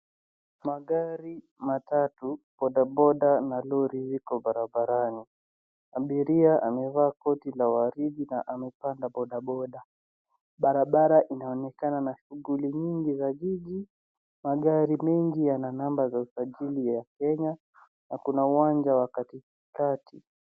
Magari matatu, bodaboda na lori iko barabarani. Abiria amevaa koti la waridi na amepanda bodaboda. Barabara inaonekana na shughuli nyingi ya jiji. Magari mengi yana namba za sajili ya Kenya na kuna uwanja wa katikati.